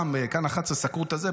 גם בכאן 11 סקרו את זה,